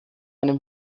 einem